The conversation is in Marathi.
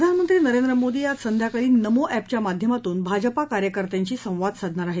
प्रधानमंत्री नरेंद्र मोदी आज संध्याकाळी नमो अखिया माध्यमातून भाजपा कार्यकर्त्यांशी संवाद साधणार आहेत